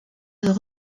veut